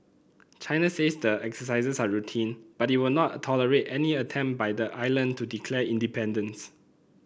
China says the exercises are routine but it will not tolerate any attempt by the island to declare independence